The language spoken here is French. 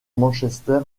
manchester